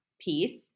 piece